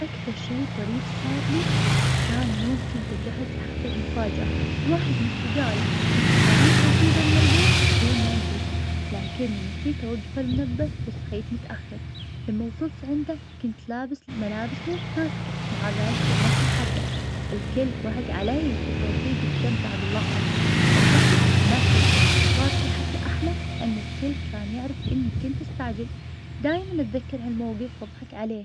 أكثر شي طريف صار لي, كان يوم كنت أجهز لحفلة مفاجأة, واحد من أصدجائي كنت حريص أجيبه من البيت بدون ما يدري, لكني نسيت أوقف المنبه وصحيت متأخر, لما وصلت عنده كنت لابس الملابس مو متناسقة, مع ذلك كملت الحفلة, الكل ضحك علي وصديجي استمتع باللحظة, الضحك ما توقف, وصارت الحفلة أحلى, لأن الكل كان يعرف إن كنت مستعجل, دايماً اتذكر هالموقف, واضحك عليه.